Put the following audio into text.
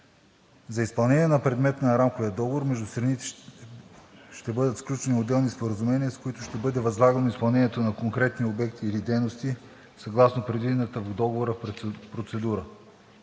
За изпълнението на предмета на Рамковия договор между страните ще бъдат сключени отделни споразумения, с които ще бъде възлагано изпълнението на конкретни обекти или дейности съгласно предвидената в Договора процедура.